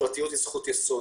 הפרטיות היא זכות יסוד,